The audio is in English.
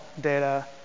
data